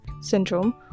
syndrome